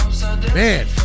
Man